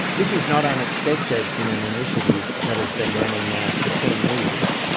this is not unexpected in an initiative that has been running now for ten years.